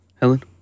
Helen